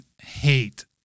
hate